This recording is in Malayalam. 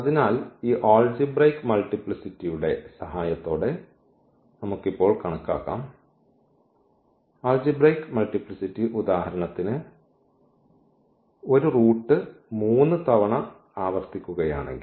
അതിനാൽ ഈ ആൾജിബ്രയ്ക് മൾട്ടിപ്ലിസിറ്റിയുടെ സഹായത്തോടെ നമുക്ക് ഇപ്പോൾ കണക്കാക്കാം ആൾജിബ്രയ്ക് മൾട്ടിപ്ലിസിറ്റി ഉദാഹരണത്തിന് ഒരു റൂട്ട് 3 തവണ ആവർത്തിക്കുകയാണെങ്കിൽ